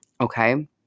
okay